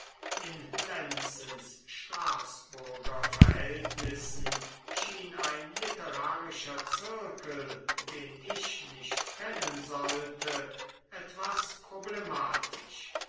in lenzens straßburger verhältnissen schien ein literarischer zirkel den ich nicht kennen sollte etwas problematisch